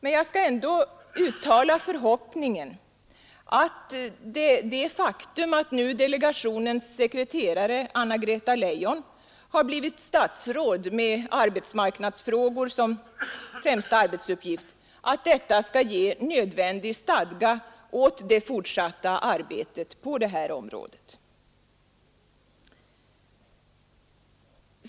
Men jag skall ändå uttala förhoppningen, att det faktum att delegationens sekreterare Anna-Greta Leijon har blivit statsråd med arbetsmarknadsfrågor som främsta arbetsuppgift skall ge nödvändig stadga åt det fortsatta arbetet på det här området.